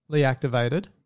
activated